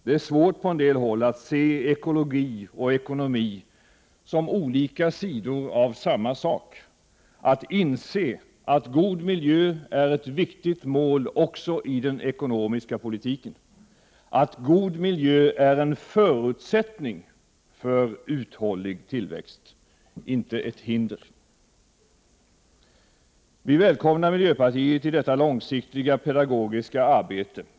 Det är svårt på en del håll att se ekologi och ekonomi som olika sidor av samma sak, att inse att god miljö är ett viktigt mål också i den ekonomiska politiken, att god miljö är en förutsättning för uthållig tillväxt— inte ett hinder. Vi välkomnar miljöpartiet i detta långsiktiga pedagogiska arbete.